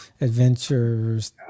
adventures